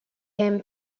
him